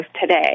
today